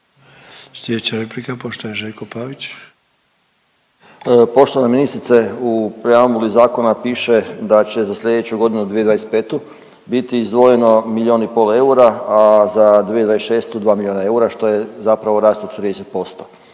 **Pavić, Željko (Socijaldemokrati)** Poštovana ministrice u preambuli zakona piše da će za slijedeću godinu 2025. biti izdvojeno milijun i pol eura, a za 2026. 2 milijuna eura, što je zapravo rast od 30%.